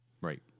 Right